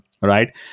right